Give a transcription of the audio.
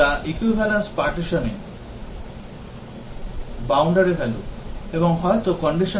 সুতরাং কৌশল 1 যা equivalence partitioning boundary value এবং হয়তো condition testing হতে পারে